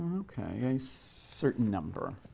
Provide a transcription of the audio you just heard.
a certain number.